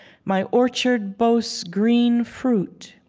my orchard boasts green fruit.